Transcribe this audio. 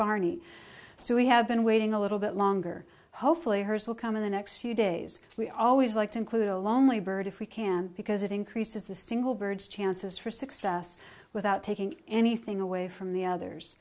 barney so we have been waiting a little bit longer hopefully hers will come in the next few days we always like to include a lonely bird if we can because it increases the single bird chances for success without taking anything away from the others